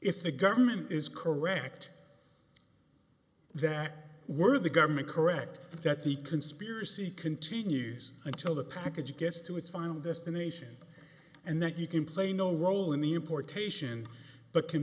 if the government is correct that worthy government correct that the conspiracy continues until the package gets to its final destination and that he can play no role in the importation but can